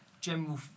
general